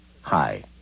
Hi